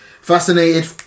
Fascinated